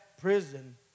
prison